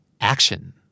Action